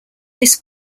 this